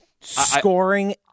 Scoring